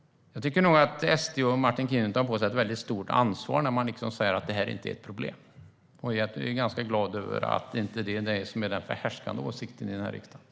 Jag tycker nog att SD och Martin Kinnunen tar på sig ett väldigt stort ansvar när man säger att det här inte är ett problem. Jag är ganska glad över att det inte är den förhärskande åsikten i riksdagen.